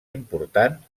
important